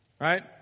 Right